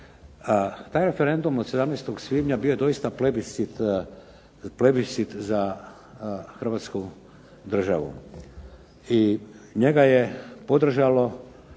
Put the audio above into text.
Taj referendum od 17. svibnja bio je doista plebiscit za hrvatsku državu i njega je podržalo